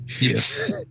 Yes